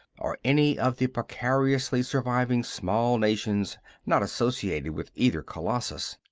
or any of the precariously surviving small nations not associated with either colossus.